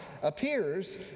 Appears